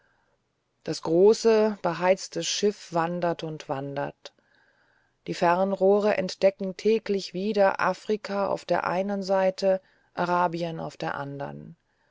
das große geheizte schiff wandert und wandert die fernrohre entdecken täglich wieder afrika auf der einen seite arabien auf der andern